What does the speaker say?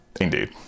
Indeed